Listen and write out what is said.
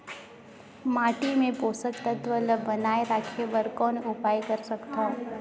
माटी मे पोषक तत्व ल बनाय राखे बर कौन उपाय कर सकथव?